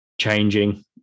changing